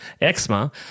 eczema